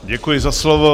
Děkuji za slovo.